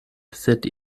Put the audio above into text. sed